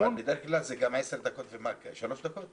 וארבע דקות --- בדרך כלל זה עשר דקות ושלוש דקות?